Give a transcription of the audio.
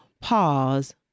pause